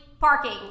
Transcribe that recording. parking